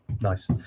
Nice